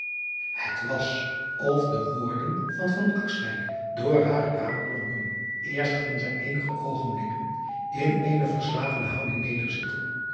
et was of de woorden van door hare kamer klonken erst ging zij eenige oogenblikken in eene verslagene houding nederzitten